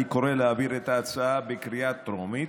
אני קורא להעביר את ההצעה בקריאה טרומית,